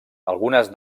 algunes